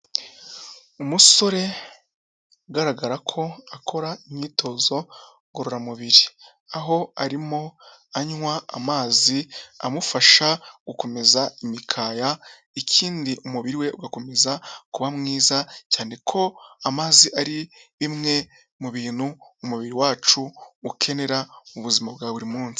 Umusore ugaragara ko akora imyitozo ngororamubiri, aho arimo anywa amazi amufasha gukomeza imikaya, ikindi umubiri we ugakomeza kuba mwiza, cyane ko amazi ari bimwe mu bintu umubiri wacu ukenera ubuzima bwa buri munsi.